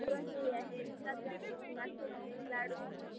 पुरणपोळी आहे गुलाबजामून बासुंदी लाडू